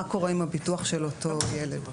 מה קורה עם הביטוח של אותו ילד.